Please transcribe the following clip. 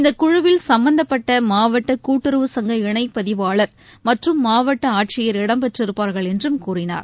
இந்தக் குழுவில் சம்பந்தப்பட்ட மாவட்ட கூட்டுறவு சங்க இணைப்பதிவாளர் மற்றும் மாவட்ட ஆட்சியர் இடம்பெற்றிருப்பார்கள் என்றும் கூறினார்